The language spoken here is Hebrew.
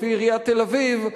לפי עיריית תל-אביב,